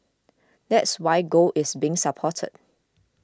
that's why gold is being supported